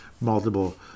Multiple